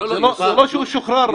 זה לא שהוא שוחרר.